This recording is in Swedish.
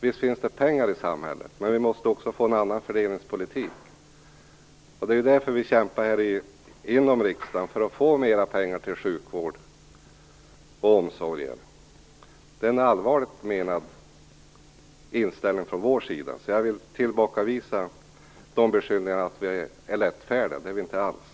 Visst finns det pengar i samhället, men vi måste få en annan fördelningspolitik. Därför kämpar vi här i riksdagen för att få mera pengar till sjukvård och omsorger. Det är en allvarligt menad inställning från vår sida. Jag vill tillbakavisa beskyllningarna om att vi skulle vara lättfärdiga. Det är vi inte alls.